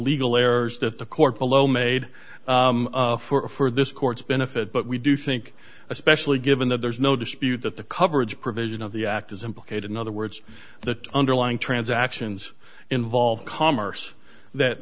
legal errors that the court below made for this court's benefit but we do think especially given that there's no dispute that the coverage provision of the act is implicated in other words the underlying transactions involved commerce that